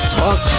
talk